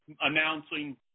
announcing